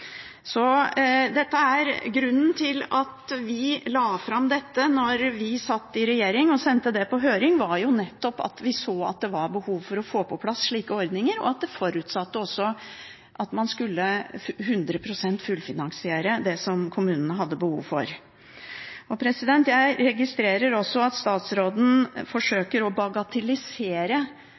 Grunnen til at vi la fram dette da vi satt i regjering, og sendte det på høring, var jo nettopp at vi så at det var behov for å få på plass slike ordninger, og at det også forutsatte at man skulle – 100 pst. – fullfinansiere det som kommunene hadde behov for. Jeg registrerer også at statsråden forsøker å